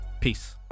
Peace